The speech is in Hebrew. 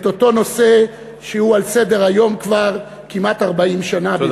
אותו נושא שהוא על סדר-היום כמעט 50 שנה.